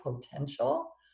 potential